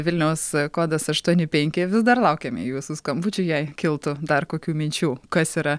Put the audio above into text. vilniaus kodas aštuoni penki vis dar laukiame jūsų skambučių jei kiltų dar kokių minčių kas yra